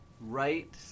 Right